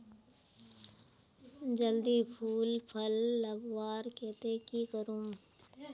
जल्दी फूल फल लगवार केते की करूम?